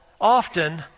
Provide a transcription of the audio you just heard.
often